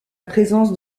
présence